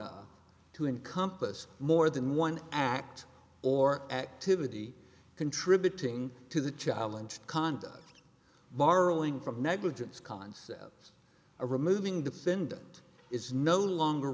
enough to encompass more than one act or activity contributing to the challenge conduct borrowing from negligence concepts or removing defendant is no longer